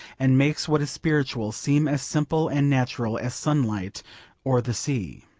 and makes what is spiritual seem as simple and natural as sunlight or the sea